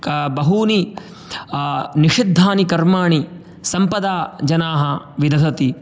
क बहूनि निषिद्धानि कर्माणि सम्पदा जनाः विदधति